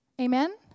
Amen